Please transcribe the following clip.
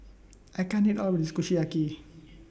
I can't eat All of This Kushiyaki